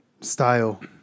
Style